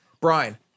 Brian